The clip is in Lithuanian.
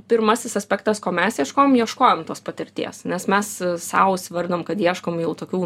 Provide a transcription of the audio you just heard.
pirmasis aspektas ko mes ieškojom ieškojom tos patirties nes mes sau įsivardinom kad ieškom jau tokių